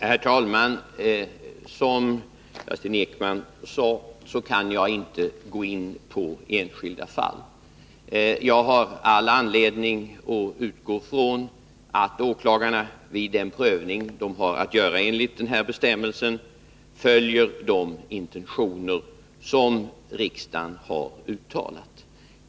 Herr talman! Som Kerstin Ekman sade kan jag inte gå in på enskilda fall. Jag har all anledning att utgå från att åklagarna vid den prövning de har att göra enligt den här bestämmelsen följer de intentioner som riksdagen har uttalat.